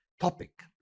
topic